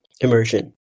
immersion